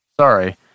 Sorry